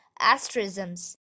asterisms